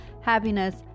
happiness